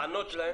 אני